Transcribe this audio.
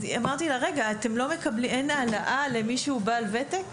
אז אמרתי לה: רגע, אין העלאה למישהו בעל ותק?